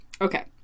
Okay